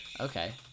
Okay